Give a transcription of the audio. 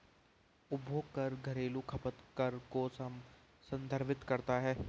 उपभोग कर घरेलू खपत कर को संदर्भित करता है